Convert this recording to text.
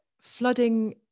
flooding